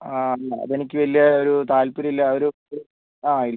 ആ എന്നാൽ അതെനിക്ക് വലിയ ഒരു താല്പര്യം ഇല്ല ഒരു ഒരു ആ